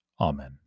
Amen